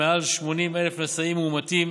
מעל 80,000 נשאים מאומתים